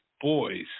boys